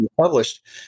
published